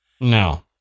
No